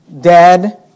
Dead